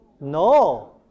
No